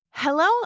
Hello